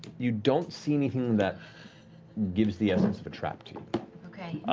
you don't see anything that gives the essence of a trap to you.